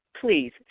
Please